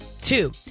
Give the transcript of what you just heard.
Two